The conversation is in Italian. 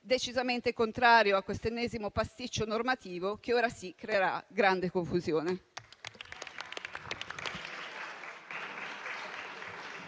decisamente contrario a questo ennesimo pasticcio normativo che - ora sì - creerà grande confusione.